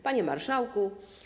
Panie Marszałku!